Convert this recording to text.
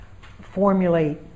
formulate